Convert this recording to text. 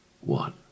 one